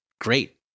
great